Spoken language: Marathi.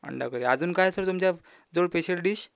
अंडा करी अजून काय सर तुमच्या जवळ पेशल डिश